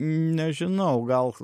nežinau gal